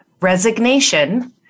resignation